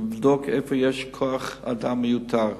לבדוק איפה יש כוח-אדם מיותר.